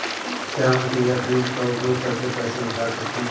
क्या मैं फ़िंगरप्रिंट का उपयोग करके पैसे निकाल सकता हूँ?